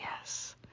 yes